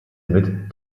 mit